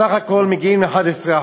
בסך הכול מגיעים ל-11%.